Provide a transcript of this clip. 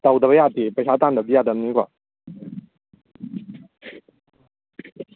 ꯇꯧꯗꯕ ꯌꯥꯗꯦ ꯄꯩꯁꯥ ꯇꯥꯟꯗꯕꯗꯤ ꯌꯥꯗꯕꯅꯤꯅꯀꯣ